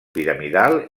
piramidal